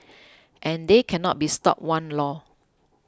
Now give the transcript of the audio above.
and they cannot be stopped one lor